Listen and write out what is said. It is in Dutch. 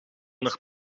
nog